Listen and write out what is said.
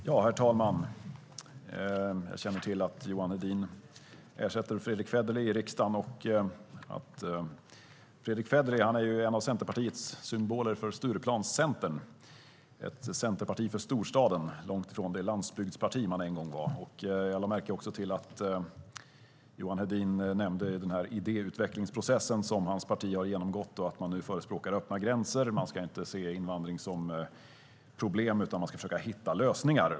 Herr talman! Jag känner till att Johan Hedin ersätter Fredrick Federley här i riksdagen. Fredrick Federley är ju en av Centerpartiets symboler för Stureplanscentern, ett centerparti för storstaden, långt ifrån det landsbygdsparti man en gång var. Jag lade också märke till att Johan Hedin nämnde den idéutvecklingsprocess som hans parti har genomfört och att man nu förespråkar öppna gränser - man ska inte se invandringen som ett problem utan försöka hitta lösningar.